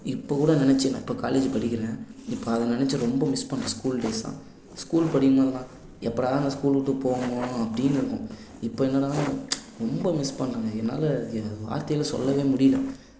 இப்போ கூட நெனைச்சேன் நான் இப்போ காலேஜி படிக்கிறேன் இப்போ அதை நினைச்சி ரொம்ப மிஸ் பண்ணுறேன் ஸ்கூல் டேஸுலாம் ஸ்கூல் படிக்கும் போது எப்படா இந்த ஸ்கூல் விட்டு போவோமோ அப்படின்னு இருக்கும் இப்போ என்னடான்னா ரொம்ப மிஸ் பண்ணுறேன் என்னால் என் வார்த்தையால் சொல்லவே முடியல